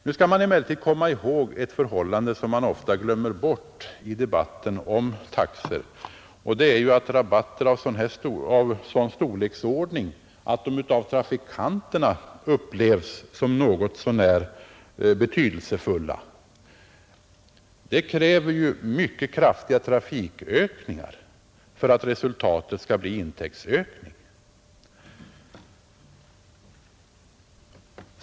Nu skall man emellertid komma ihåg ett förhållande som man ofta glömmer bort i debatten om taxor, nämligen att rabatter av sådan storleksordning att de av trafikanterna upplevs som något så när betydelsefulla kräver mycket kraftiga trafikökningar för att resultatet skall bli intäktsökning.